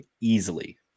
easily